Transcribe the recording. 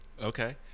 Okay